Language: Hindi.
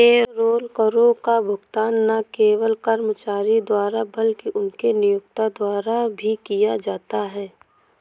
पेरोल करों का भुगतान न केवल कर्मचारी द्वारा बल्कि उनके नियोक्ता द्वारा भी किया जाता है